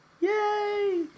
Yay